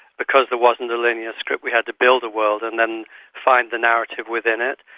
because there wasn't a linear script we had to build a world and then find the narrative within it.